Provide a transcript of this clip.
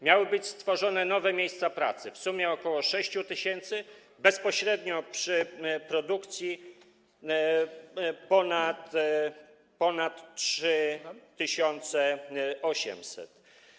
Miały być stworzone nowe miejsca pracy, w sumie ok. 6 tys., bezpośrednio przy produkcji ponad 3800.